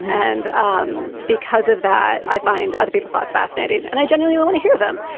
and um because of that, i find other peoples thoughts fascinating and i genuinely want to hear them.